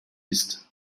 ist